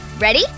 Ready